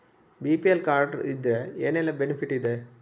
BPL card ಇದ್ರೆ ಏನೆಲ್ಲ benefit ಇದೆ?